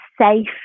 safe